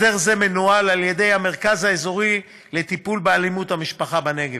הסדר זה מנוהל על-ידי המרכז האזורי לטיפול באלימות במשפחה בנגב.